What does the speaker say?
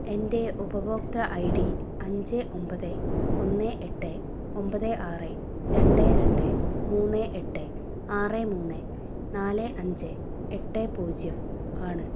എൻ്റെ ഉപഭോക്തൃ I D അഞ്ച് ഒമ്പത് ഒന്ന് എട്ട് ഒമ്പത് ആറ് രണ്ട് രണ്ട് മൂന്ന് എട്ട് ആറ് മൂന്ന് നാല് അഞ്ച് എട്ട് പൂജ്യം ആണ്